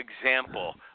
example